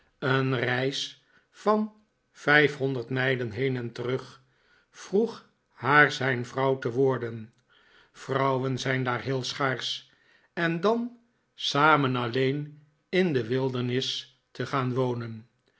een reis van vijfhonderd mijlen heen en terug vroeg haar zijn vrouw te worden vrouwen zijn daar heel schaarsch en dan samen alleen in de wildernis te gaan wonen